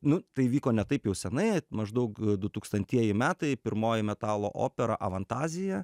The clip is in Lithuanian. nu tai vyko ne taip jau senai maždaug du tūkstantieji metai pirmoji metalo opera avantazija